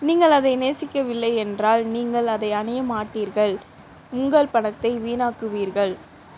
நீங்கள் அதை நேசிக்கவில்லை என்றால் நீங்கள் அதை அணிய மாட்டீர்கள் உங்கள் பணத்தை வீணாக்குவீர்கள்